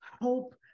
hope